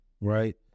right